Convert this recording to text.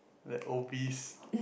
that obese